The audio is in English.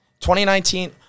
2019